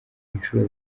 inshuro